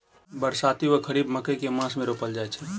बरसाती वा खरीफ मकई केँ मास मे रोपल जाय छैय?